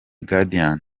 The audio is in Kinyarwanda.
guardian